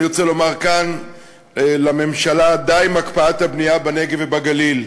ואני רוצה לומר כאן לממשלה: די עם הקפאת הבנייה בנגב ובגליל.